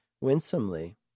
winsomely